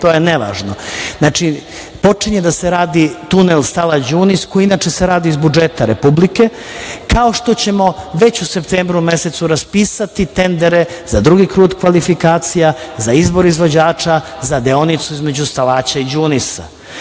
to je nevažno. Znači, počinje da se radi tunel Stalać – Đunis, koji inače se radi iz budžeta Republike, kao što ćemo već u septembru mesecu raspisati tendere za drugi krug kvalifikacija, za izbor izvođača, za deonicu između Stalaća iĐunisa. Takođe,